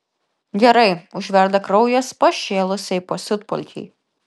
gerai užverda kraujas pašėlusiai pasiutpolkei